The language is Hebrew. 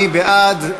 מי בעד?